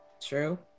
True